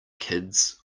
kids